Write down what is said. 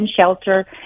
shelter